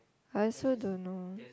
I also don't know